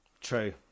True